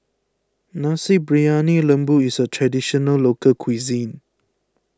Nasi Briyani Lembu is a Traditional Local Cuisine